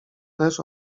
też